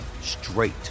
straight